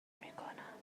میکنم